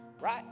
Right